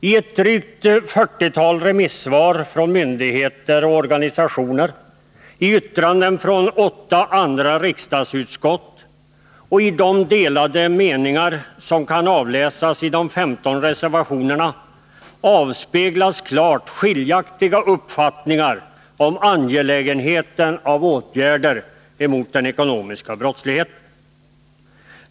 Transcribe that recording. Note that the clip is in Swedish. I ett drygt fyrtiotal remisser från myndigheter och organisationer, i yttranden från åtta riksdagsutskott och i de delade meningar som kan avläsas i 15 reservationer avspeglas klart skiljaktiga uppfattningar om angelägenheten av åtgärder mot den ekonomiska brottsligheten.